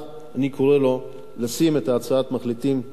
אני קורא לו לשים את הצעת המחליטים על